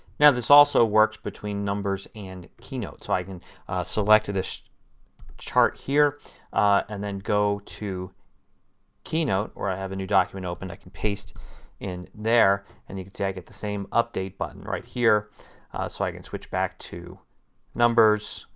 now this also works between numbers and keynote. so i can select the chart here and then go to keynote where i have a new document open. i can paste it in there and you can see i get the same update button right here so i can switch back to numbers,